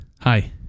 Hi